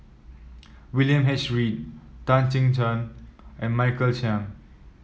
William H Read Tan Chin Cheng and Michael Qiang